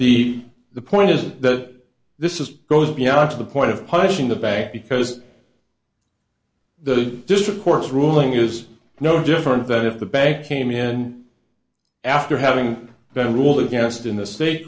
the the point is that this is goes beyond to the point of punishing the bank because the district court's ruling is no different than if the bank came in and after having been ruled against in the state